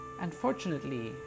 Unfortunately